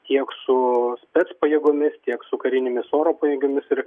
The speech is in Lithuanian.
tiek su spec pajėgomis tiek su karinėmis oro pajėgomis ir